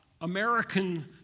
American